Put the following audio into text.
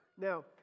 Now